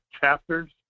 chapters